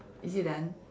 is it done